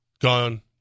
Gone